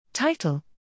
Title